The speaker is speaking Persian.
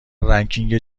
رنکینگ